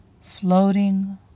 floating